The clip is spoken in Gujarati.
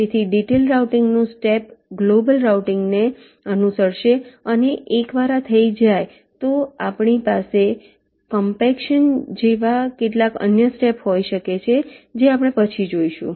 તેથી ડિટેઇલ્ડ રાઉટીંગ નું સ્ટેપ ગ્લોબલ રાઉટીંગ ને અનુસરશે અને એકવાર આ થઈ જાય તો આપણી પાસે કોમ્પેક્શન જેવા કેટલાક અન્ય સ્ટેપ હોઈ શકે છે જે આપણે પછી જોઈશું